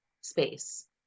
space